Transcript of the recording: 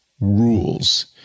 rules